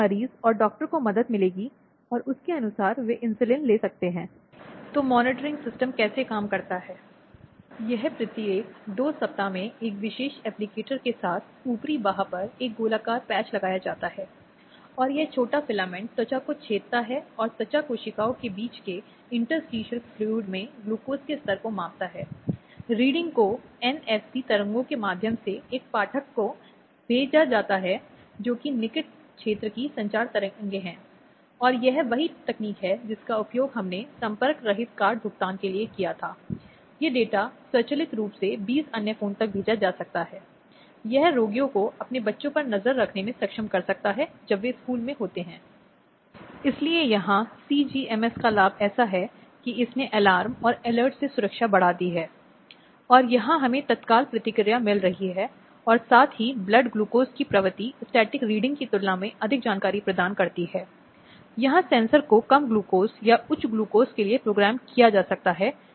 यदि कोई कानूनों के विभिन्न प्रावधानों में गहराई तक जाता है और जो विशेष रूप से महिलाओं से संबंधित है उदाहरण के रूप में जो मैंने पहले ही उल्लेख किया है घरेलू हिंसा की बात करते हुए वैवाहिक बलात्कार की छूट जहां एक पति को किसी भी दंड से छूट दी गई है के लिए गहराई से जाता है कि अपनी पत्नी के साथ बलात्कार या जबरन शारीरिक संबंध बनाना यह कहीं न कहीं महिलाओं की माध्यमिक स्थिति दर्शाता है या कहीं ना कहीं रिश्ता महत्वपूर्ण हो जाता है